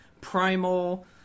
primal